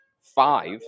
five